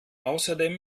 außerdem